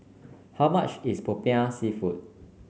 how much is Popiah seafood